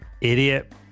idiot